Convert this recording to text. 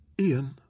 Ian